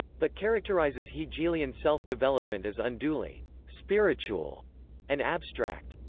but characterises hegelian self-development as unduly spiritual and abstract.